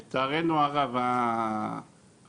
לצערנו הרבה האוצר,